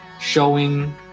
showing